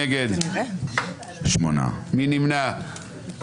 מנגנונים שנוגעים לממשלת המעבר ואז נטפל בעילת הסבירות,